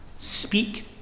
speak